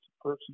person